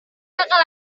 kakak